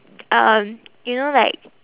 um you know like